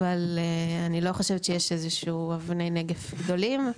אבל אני לא חושבת שיש כרגע אבני נגף גדולות,